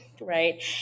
right